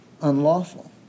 unlawful